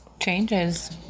changes